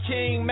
King